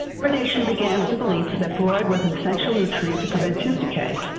fluoridation began with the belief that fluoride was an essential nutrient to prevent tooth decay,